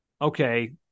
okay